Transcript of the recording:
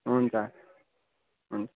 हुन्छ हुन्छ